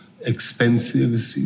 expensive